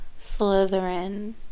Slytherin